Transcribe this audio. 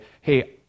hey